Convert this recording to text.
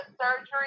surgery